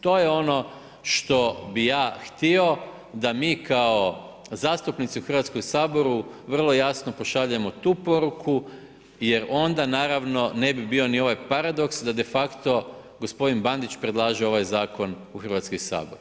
To je ono što bih ja htio da mi kao zastupnici u Hrvatskom saboru vrlo jasno pošaljemo tu poruku jer onda naravno ne bi bio ni ovaj paradoks da de facto gospodin Bandić predlaže ovaj zakon u Hrvatski sabor.